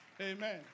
Amen